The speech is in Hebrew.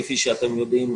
כידוע לכם,